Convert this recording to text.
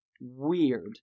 weird